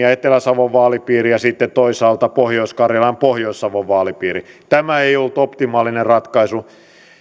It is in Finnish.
ja etelä savon vaalipiirit ja sitten toisaalta pohjois karjalan ja pohjois savon vaalipiirit tämä ei ollut optimaalinen ratkaisu